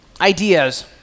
ideas